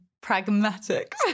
pragmatic